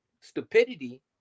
stupidity